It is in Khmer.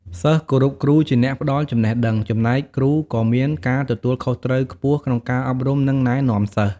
សិស្សគោរពគ្រូជាអ្នកផ្តល់ចំណេះដឹង ចំណែកគ្រូក៏មានការទទួលខុសត្រូវខ្ពស់ក្នុងការអប់រំ និងណែនាំសិស្ស។